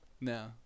No